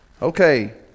Okay